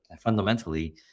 fundamentally